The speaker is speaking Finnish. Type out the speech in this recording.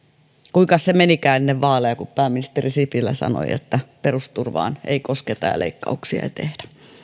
kuinkas se menikään ennen vaaleja pääministeri sipilä sanoi että perusturvaan ei kosketa ja leikkauksia ei tehdä